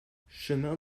chemin